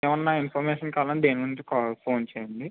ఏమైనా ఇన్ఫర్మేషన్ కావాలన్నా దీని గురించి కాల్ ఫోన్ చెయ్యండి